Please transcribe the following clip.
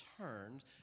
turned